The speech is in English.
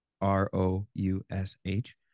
R-O-U-S-H